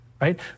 right